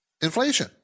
inflation